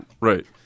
Right